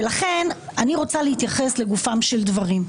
לכן אני רוצה להתייחס לגופם של דברים.